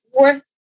worth